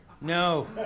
No